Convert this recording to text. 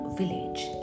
village